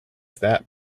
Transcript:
that